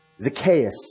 Zacchaeus